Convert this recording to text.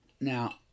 Now